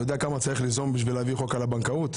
אתה יודע כמה צריך ליזום בשביל להעביר חוק על הבנקאות?